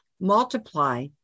multiply